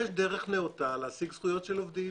יש דרך נאותה להשיג זכויות של עובדים.